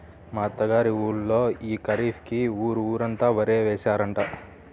మా అత్త గారి ఊళ్ళో యీ ఖరీఫ్ కి ఊరు ఊరంతా వరే యేశారంట